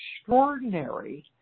extraordinary